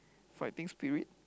fighting spirit